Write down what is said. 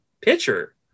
pitcher